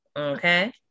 Okay